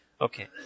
Okay